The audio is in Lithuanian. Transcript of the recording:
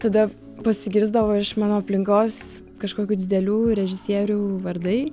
tada pasigirsdavo iš mano aplinkos kažkokių didelių režisierių vardai